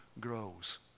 grows